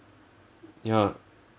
ya